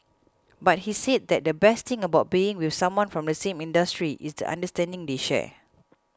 but he said that the best thing about being with someone from the same industry is the understanding they share